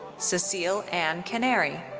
cecille anne canary.